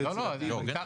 היום יום שני,